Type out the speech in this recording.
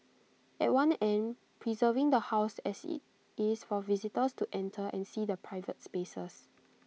at one end preserving the house as IT is for visitors to enter and see the private spaces